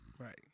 Right